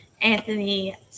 Anthony